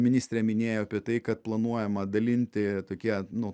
ministrė minėjo apie tai kad planuojama dalinti tokie nu